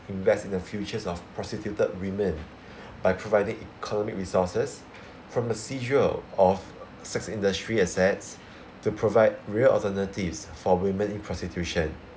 invest in the futures of prostituted women by providing economic resources from a seizure of sex industry assets to provide real alternatives for women in prostitution